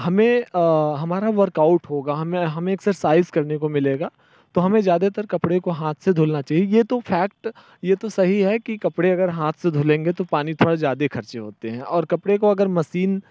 हमें हमारा वर्कआउट होगा हमें हम एक्सरसाइज़ करने को मिलेगा तो हमें ज़्यादातर कपड़े को हाथ से धोना चाहिए ये तो फ़ैक्ट ये तो सही है कि कपड़े अगर हाथ से धुलेंगे तो पानी थोड़ा ज़्यादा खर्च होता है और कपड़े को अगर मसीन